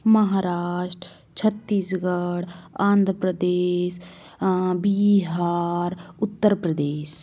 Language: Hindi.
महाराष्ट्र छत्तीसगढ़ आंध्र प्रदेश बिहार उत्तर प्रदेश